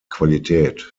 qualität